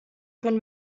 können